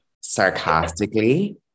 sarcastically